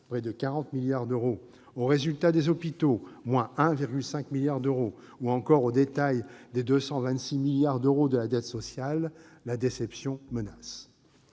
près de 40 milliards d'euros -, au résultat des hôpitaux- moins 1,5 milliard d'euros -ou encore au détail des 226 milliards d'euros de la dette sociale, la déception menace.